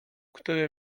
który